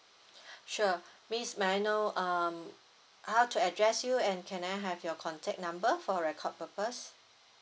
sure miss may I know um how to address you and can I have your contact number for record purpose